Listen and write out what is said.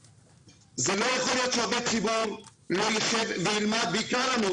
לא יכול להיות שעובד ציבור לא ישב וילמד ויקרא לנו.